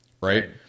right